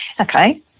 Okay